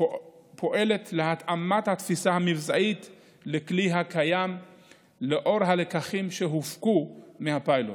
פועלת להתאמת התפיסה המבצעית לכלי הקיים לאור הלקחים שהופקו מהפיילוט.